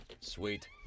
Sweet